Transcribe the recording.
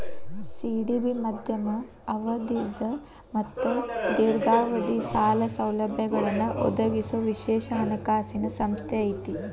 CDB ಮಧ್ಯಮ ಅವಧಿದ್ ಮತ್ತ ದೇರ್ಘಾವಧಿದ್ ಸಾಲ ಸೌಲಭ್ಯಗಳನ್ನ ಒದಗಿಸೊ ವಿಶೇಷ ಹಣಕಾಸಿನ್ ಸಂಸ್ಥೆ ಐತಿ